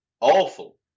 Awful